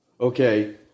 Okay